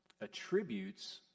attributes